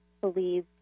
believe